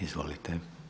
Izvolite.